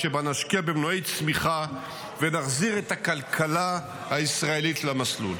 ובה נשקיע במנועי צמיחה ונחזיר את הכלכלה הישראלית למסלול.